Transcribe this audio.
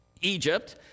Egypt